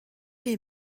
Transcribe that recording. les